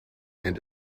and